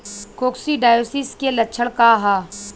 Coccidiosis के लक्षण का ह?